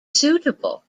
suitable